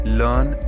learn